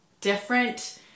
different